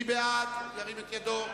מי בעד, ירים את ידו.